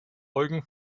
eugen